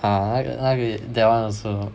ah li~ li~ like that one also